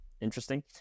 Interesting